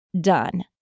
done